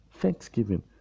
Thanksgiving